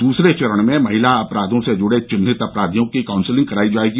दूसरे चरण में महिला अपराधों से जुड़े चिन्हित अपराधियों की कांउसिलिंग करायी जायेगी